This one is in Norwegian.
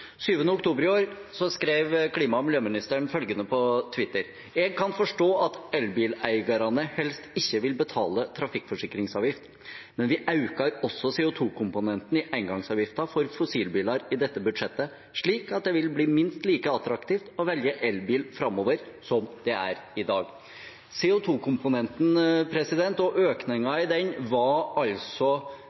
oktober i år skrev klima- og miljøministeren følgende på Twitter: «Eg kan forstå at elbileigarane helst ikkje vil betale trafikkforsikringsavgift. Men vi aukar også CO2-komponenten i eingangsavgifta for fossilbilar i dette budsjettet, slik at det vil bli minst like attraktivt å velje elbil framover som det er i dag.» CO2-komponenten og økningen i den var